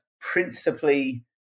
principally